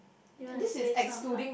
do you want to save some part